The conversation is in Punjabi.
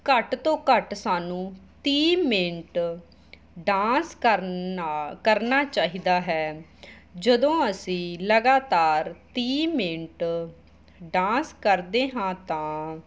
ਘੱਟ ਤੋਂ ਘੱਟ ਸਾਨੂੰ ਤੀਹ ਮਿੰਟ ਡਾਂਸ ਕਰਨ ਨਾਲ ਕਰਨਾ ਚਾਹੀਦਾ ਹੈ ਜਦੋਂ ਅਸੀਂ ਲਗਾਤਾਰ ਤੀਹ ਮਿੰਟ ਡਾਂਸ ਕਰਦੇ ਹਾਂ ਤਾਂ